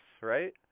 right